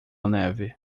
neve